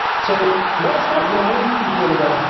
so let's not, you know, i meet people and they go.